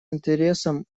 интересом